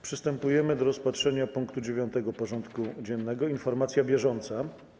Przystępujemy do rozpatrzenia punktu 9. porządku dziennego: Informacja bieżąca.